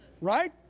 Right